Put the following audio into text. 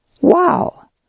Wow